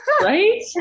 right